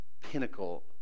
pinnacle